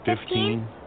Fifteen